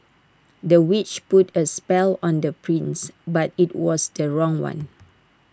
the witch put A spell on the prince but IT was the wrong one